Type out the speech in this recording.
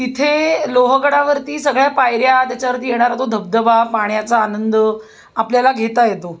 तिथे लोहगडावरती सगळ्या पायऱ्या त्याच्यावरती येणारा तो धबधबा पाण्याचा आनंद आपल्याला घेता येतो